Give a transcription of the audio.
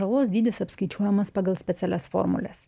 žalos dydis apskaičiuojamas pagal specialias formules